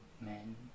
men